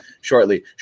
shortly